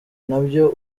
nabyo